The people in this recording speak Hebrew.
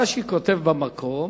רש"י כותב במקום: